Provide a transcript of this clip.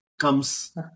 comes